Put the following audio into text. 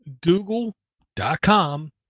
Google.com